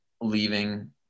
leaving